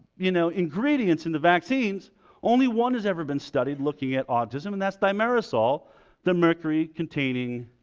you know ingredients in the vaccines only one has ever been studied looking at autism and that's damaris all the mercury-containing